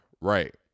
right